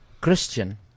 Christian